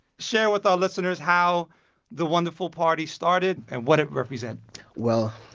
share with our listeners how the wonder-full party started and what it represents well,